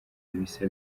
ibisa